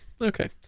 Okay